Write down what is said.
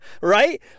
right